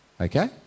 Okay